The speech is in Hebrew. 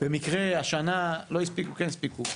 במקרה השנה כן הספיקו או לא הספיקו,